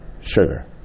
sugar